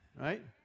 Right